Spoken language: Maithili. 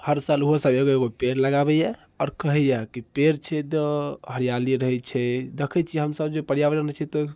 हर साल ओहो सब एगो एगो पेड़ लगाबैया आओर कहैआ कि पेड़ छै तऽ हरिआली रहैत छै देखैत छी हमसब जे पर्यावरण छै तऽ